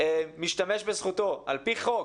משתמש בזכותו על פי חוק